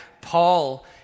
Paul